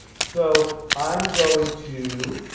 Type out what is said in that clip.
so i'm going to